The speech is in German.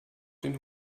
den